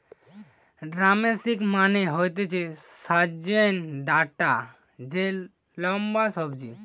drumstick মানে হতিছে সজনে ডাটা যেটা লম্বা সবজি